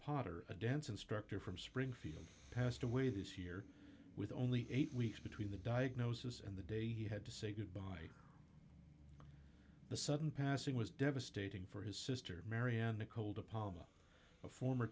potter a dance instructor from springfield passed away this year with only eight weeks between the diagnosis and the day he had to say goodbye the sudden passing was devastating for his sister marianne nicole de palma a former